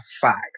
fact